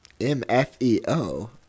M-F-E-O